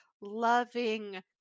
loving